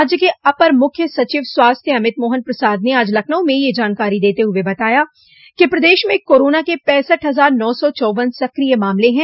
राज्य के अपर मूख्य सचिव स्वास्थ्य अमित मोहन प्रसाद ने आज लखनऊ में यह जानकारी देते हुए बताया कि प्रदेश में कोरोना के पैंसठ हजार नौ सौ चौवन सक्रिय मामले हैं